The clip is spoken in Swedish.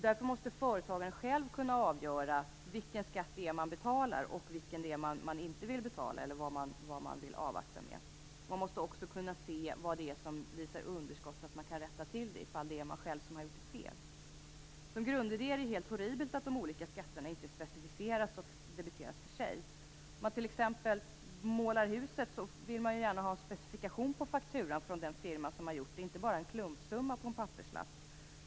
Därför måste företagaren själv kunna avgöra vilken skatt man vill betala och vad man vill avvakta med. Man måste också kunna se om en skatteinbetalning visar underskott, så att man kan rätta till det om man själv har gjort fel. Som grundidé är det helt horribelt att de olika skatterna inte specificeras och debiteras för sig. Om man t.ex. målar huset vill man ju gärna ha en specifikation på fakturan från den firma som har gjort arbetet och inte bara en klumpsumma på en papperslapp.